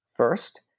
first